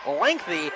lengthy